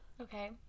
Okay